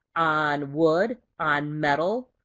on wood, on metal.